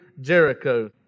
Jericho